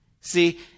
See